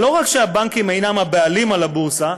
אבל לא רק שהבנקים אינם הבעלים על הבורסה,